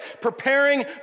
preparing